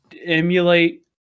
emulate